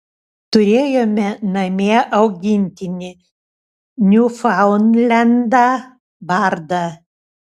turėjome namie augintinį niufaundlendą bardą